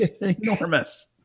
enormous